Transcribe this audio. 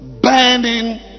burning